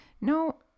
no